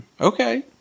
Okay